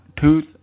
tooth